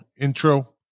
intro